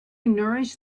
nourish